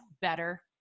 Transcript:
better